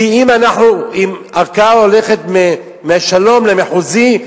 כי אם הערכאה הולכת מהשלום למחוזי,